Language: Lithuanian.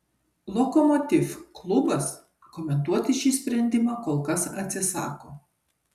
lokomotiv klubas komentuoti šį sprendimą kol kas atsisako